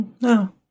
No